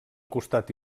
costat